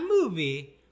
movie